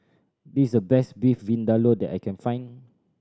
this is the best Beef Vindaloo that I can find